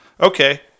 Okay